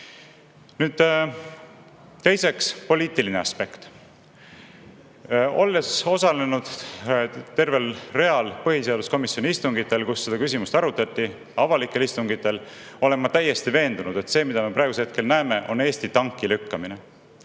Nüüd, teiseks, poliitiline aspekt. Olles osalenud tervel hulgal põhiseaduskomisjoni avalikel istungitel, kus seda küsimust arutati, olen ma täiesti veendunud, et see, mida me praegusel hetkel näeme, on Eesti tanki lükkamine.